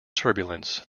turbulence